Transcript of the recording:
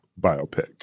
biopic